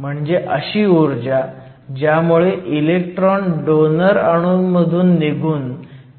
म्हणजे अशी ऊर्जा ज्यामुळे इलेक्ट्रॉन डोनर अणूमधून निघून